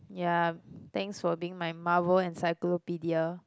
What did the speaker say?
ya thanks for being my marvel encyclopedia